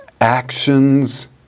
actions